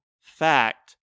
fact